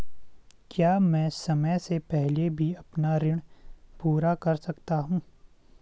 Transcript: क्या मैं समय से पहले भी अपना ऋण पूरा कर सकता हूँ?